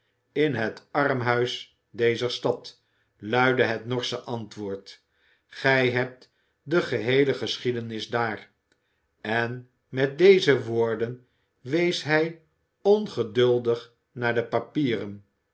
in het armhuis dezer stad luidde het norsche antwoord gij hebt de geheele geschiedenis daar en met deze woorden wees hij ongeduldig naar de papieren